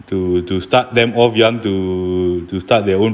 to to start them off you want to to start their own